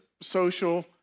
social